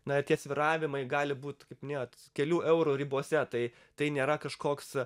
na tie svyravimai gali būti net kelių eurų ribose tai tai nėra kažkoks